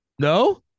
no